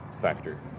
factor